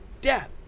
death